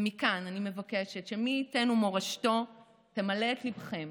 ומכאן אני מבקשת: מי ייתן שמורשתו תמלא את ליבכם